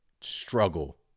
struggle